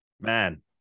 man